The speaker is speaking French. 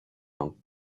langue